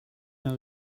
mehr